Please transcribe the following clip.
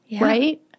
right